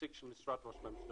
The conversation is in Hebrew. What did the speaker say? נציג של משרד ראש הממשלה,